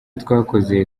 twakoze